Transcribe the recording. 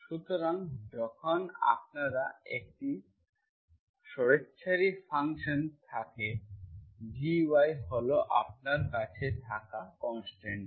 সুতরাং যখন আপনার একটি স্বেচ্ছাচারী ফাংশন থাকে gy হল আপনার কাছে থাকা কনস্ট্যান্টটি